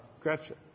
Gretchen